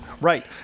Right